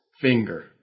finger